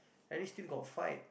at least still got fight